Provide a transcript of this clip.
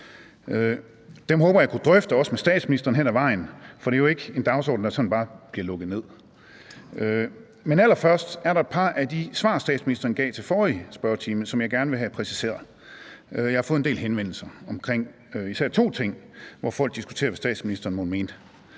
Dem håber jeg at kunne drøfte også med statsministeren hen ad vejen, for det er jo ikke en dagsorden, der sådan bare bliver lukket ned. Man allerførst er der et par af de svar, statsministeren gav i forrige spørgetime, som jeg gerne vil have præciseret. Jeg har fået en del henvendelser omkring især to ting, hvor folk diskuterer, hvad statsministeren mon mente.